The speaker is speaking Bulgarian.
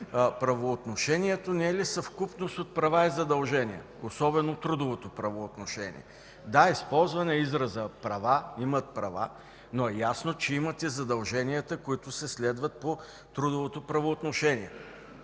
правоотношението не е ли съвкупност от права и задължения, особено трудовото правоотношение? Да, използван е изразът „имат права”, но е ясно, че имат и задълженията, които се следват по трудовото правоотношение.